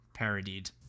parodied